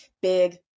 big